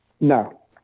No